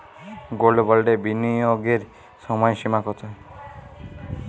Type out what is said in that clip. Gold বন্ডে বিনিয়োগের সময়সীমা কতো?